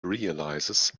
realizes